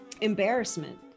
embarrassment